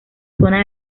zona